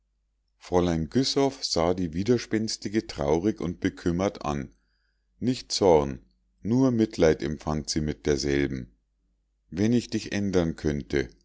fräulein güssow sah die widerspenstige traurig und bekümmert an nicht zorn nur mitleid empfand sie mit derselben wenn ich dich ändern könnte